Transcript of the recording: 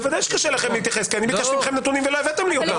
בוודאי שקשה לכם להתייחס כי אני ביקשתי מכם נתונים ולא הבאתם לי אותם.